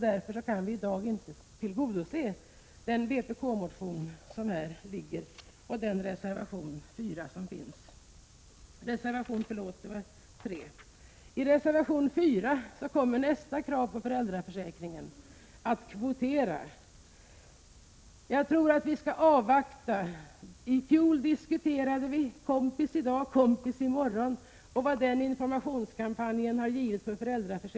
Därför kan vi i dag inte tillgodose den vpk-motion som ligger bakom reservation 3. I reservation 4 kommer nästa krav på föräldraförsäkringen, att kvotera. Jag tycker vi skall avvakta. I fjol diskuterade vi Kompis i dag — kompis i morgon och vad den informationskampanjen hade givit när det gällde att få — Prot.